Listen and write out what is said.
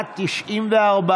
כהצעת הוועדה, נתקבל.